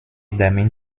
damit